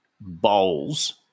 bowls